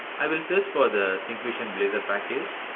i will search for the syncfusion blazor package.